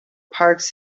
parks